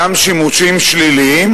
שימושים שליליים,